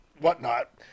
whatnot